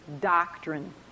doctrine